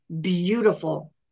beautiful